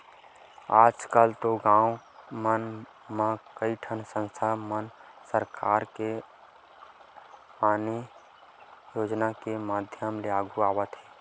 आजकल तो गाँव मन म कइठन संस्था मन ह सरकार के ने आने योजना के माधियम ले आघु आवत हे